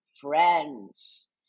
friends